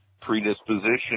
predisposition